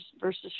versus